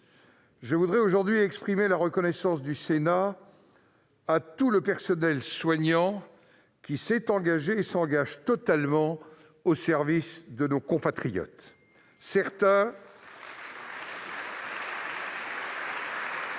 Je voudrais aujourd'hui exprimer la reconnaissance du Sénat à tout le personnel soignant, qui s'est engagé totalement au service de nos compatriotes, et qui